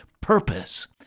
purpose